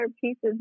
pieces